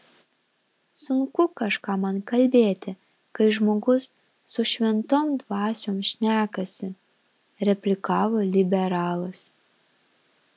sunku kažką man kalbėti kai žmogus su šventom dvasiom šnekasi replikavo liberalas